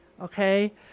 okay